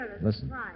Listen